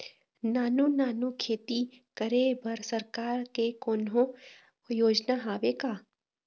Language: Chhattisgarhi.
नानू नानू खेती करे बर सरकार के कोन्हो योजना हावे का?